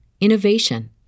innovation